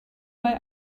bei